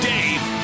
Dave